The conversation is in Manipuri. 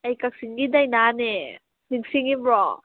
ꯑꯩ ꯀꯛꯆꯤꯡꯒꯤ ꯗꯥꯏꯅꯥꯅꯦ ꯅꯤꯡꯁꯤꯡꯉꯤꯕꯣ